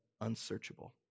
unsearchable